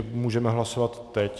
Můžeme je hlasovat teď.